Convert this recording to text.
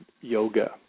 yoga